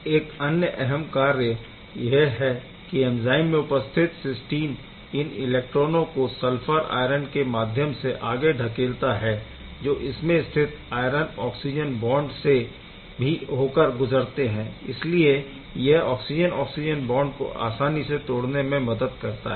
एक अन्य अहम कार्य यह है कि एंज़ाइम में उपस्थित सिस्टीन इन इलेक्ट्रॉनों को सल्फर आयरन के माध्यम से आगे धकेलता है जो इसमें स्थित आयरन ऑक्सिजन बॉन्ड से भी होकर गुज़रते है इसलिए यह ऑक्सिजन ऑक्सिजन बॉन्ड को आसानी से तोड़ने में मदद करता है